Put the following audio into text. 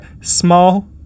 small